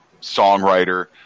songwriter